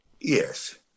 Yes